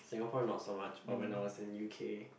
Singapore not so much but when I was in U_K